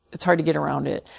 it's hard to get around it.